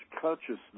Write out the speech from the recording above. consciousness